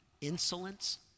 insolence